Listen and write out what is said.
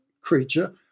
creature